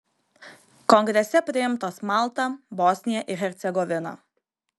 kongrese priimtos malta bosnija ir hercegovina